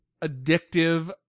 addictive